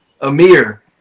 Amir